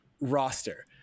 roster